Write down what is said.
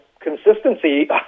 Consistency